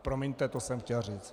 Promiňte, to jsem chtěl říci.